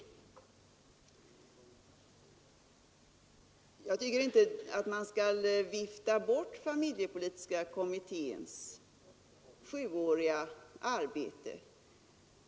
Jag tycker inte att man skall vifta bort familjepolitiska kommitténs sjuåriga arbete.